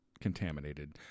contaminated